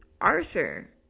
arthur